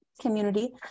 community